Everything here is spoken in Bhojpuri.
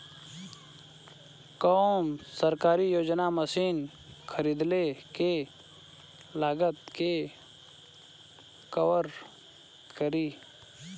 कौन सरकारी योजना मशीन खरीदले के लागत के कवर करीं?